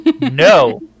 no